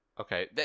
Okay